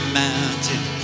mountain